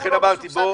לכן אמרתי,